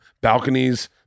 balconies